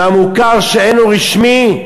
מהמוכר שאינו רשמי,